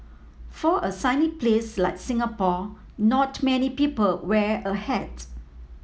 for a sunny place like Singapore not many people wear a hat